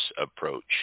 approach